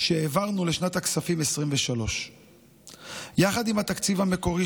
שהעברנו לשנת הכספים 2023. יחד עם התקציב המקורי,